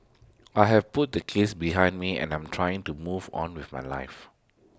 I have put the case behind me and I'm trying to move on with my life